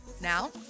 Now